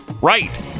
Right